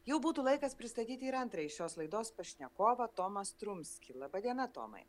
jau būtų laikas pristatyti ir antrąjį šios laidos pašnekovą tomą strumskį laba diena tomai